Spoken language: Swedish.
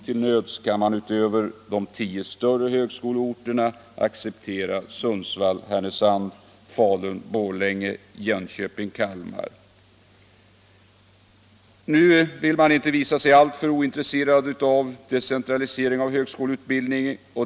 Till nöds kan man utöver de tio större högskoleorterna acceptera Sundsvall-Härnösand, Falun-Borlänge, Jönköping och Kalmar. Nu vill man inte visa sig allt för ointresserad när det gäller en decentralisering av högskoleutbildningen.